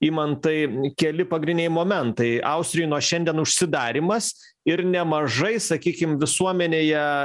imantai keli pagrindiniai momentai austrijoj nuo šiandien užsidarymas ir nemažai sakykim visuomenėje